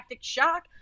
shock